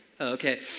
Okay